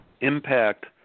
impact